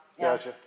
Gotcha